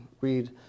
read